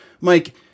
Mike